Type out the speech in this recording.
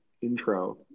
intro